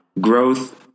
growth